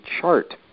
chart